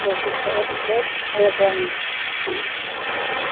कोशिश करो दिक्खो की अगर दोआइयां